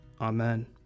Amen